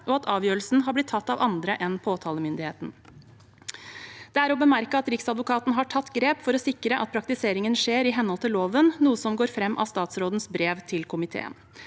og at avgjørelsen er blitt tatt av andre enn påtalemyndigheten. Det er å bemerke at Riksadvokaten har tatt grep for å sikre at praktiseringen skjer i henhold til loven, noe som går fram av statsrådens brev til komiteen.